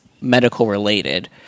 medical-related